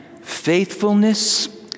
faithfulness